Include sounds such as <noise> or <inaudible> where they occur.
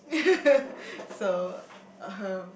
<laughs> so um